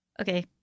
Okay